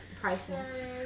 prices